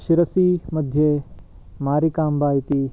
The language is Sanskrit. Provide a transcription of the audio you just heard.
शिरसिमध्ये मारिकाम्बा इति